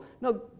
No